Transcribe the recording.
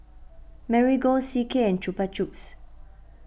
Marigold C K and Chupa Chups